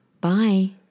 Bye